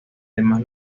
demás